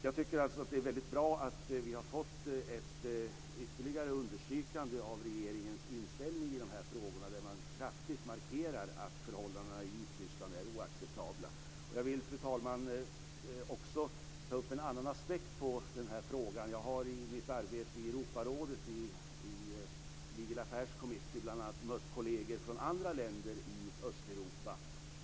Jag tycker alltså att det är väldigt bra att vi har fått ett ytterligare understrykande av regeringens inställning i de här frågorna, där man kraftigt markerar att förhållandena i Vitryssland är oacceptabla. Jag vill, fru talman, också ta upp en annan aspekt på den här frågan. Jag har i mitt arbete i Committee on Legal Affairs and Human Rights i Europarådet bl.a. mött kolleger från andra länder i Östeuropa.